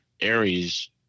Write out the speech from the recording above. aries